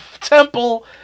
temple